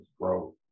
growth